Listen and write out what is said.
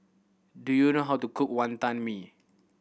do you know how to cook Wantan Mee